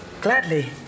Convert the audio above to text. Gladly